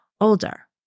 older